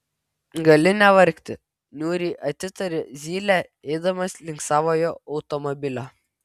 gali nevargti niūriai atitarė zylė eidamas link savojo automobilio